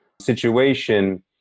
situation